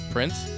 Prince